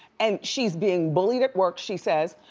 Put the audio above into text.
and she's being bullied at work, she says.